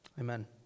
amen